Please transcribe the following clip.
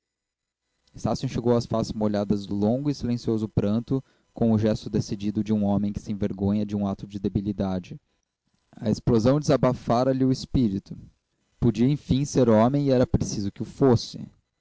estácio enxugou as faces molhadas do longo e silencioso pranto com o gesto decidido de um homem que se envergonha de um ato de debilidade a explosão desabafara lhe o espírito podia enfim ser homem e era preciso que o fosse